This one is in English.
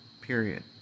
period